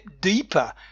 deeper